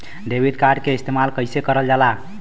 Debit card के इस्तेमाल कइसे करल जाला?